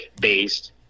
based